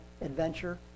adventure